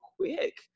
quick